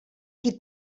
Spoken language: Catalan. qui